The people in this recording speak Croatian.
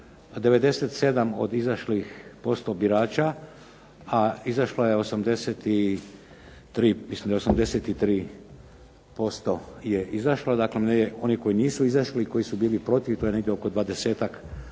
97 od izašlih posto birača, a izašlo je 83, mislim da je 83% je izašlo. Dakle oni koji nisu izašli i koji su bili protiv to je negdje oko